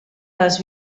les